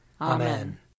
Amen